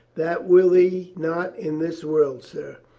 that will he not in this world, sir.